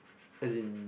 as in